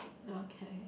okay